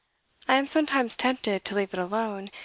i am sometimes tempted to leave it alone,